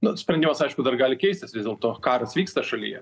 nu sprendimas aišku dar gali keistis vis dėlto karas vyksta šalyje